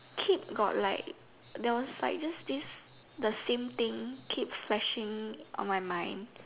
keep got like there was sizes these the same thing keep flashing on my mind